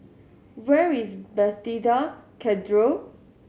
where is Bethesda Cathedral